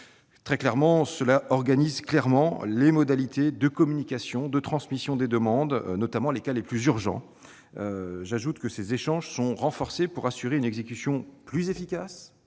organise de manière claire les modalités de communication et de transmission des demandes, notamment dans les cas les plus urgents. J'ajoute que les échanges sont renforcés pour assurer une exécution plus efficace